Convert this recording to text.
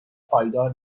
پایدار